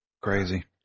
Crazy